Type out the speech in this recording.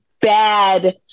bad